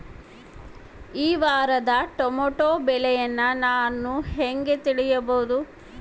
ಈ ವಾರದ ಟೊಮೆಟೊ ಬೆಲೆಯನ್ನು ನಾನು ಹೇಗೆ ತಿಳಿಯಬಹುದು?